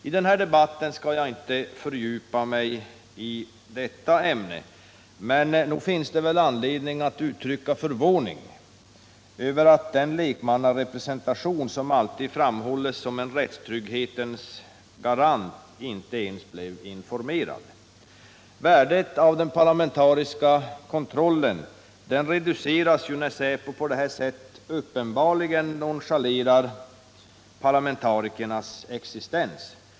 I den här debatten skall jag inte fördjupa mig i detta ämne, men nog finns det anledning att uttrycka förvåning över att den lekmannarepresentation som alltid framhålls som rättstrygghetens garant inte ens blev informerad. Värdet av den parlamentariska kontrollen reduceras ju när säpo på detta sätt uppenbarligen nonchalerar parlamentarikernas existens.